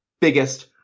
biggest